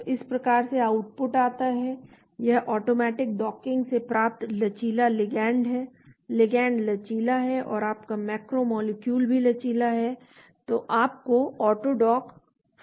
तो इस प्रकार से आउटपुट आता है यह ऑटोमैटिक डॉकिंग से प्राप्त लचीला लिगैंड है लिगैंड लचीला है और आपका मैक्रो मॉलिक्यूल भी लचीला है जो आपके ऑटोडॉक 4 में 4 है